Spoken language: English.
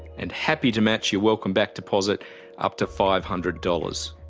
and happy to match your welcome back deposit up to five hundred dollars.